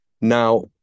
Now